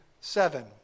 seven